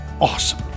awesome